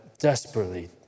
Desperately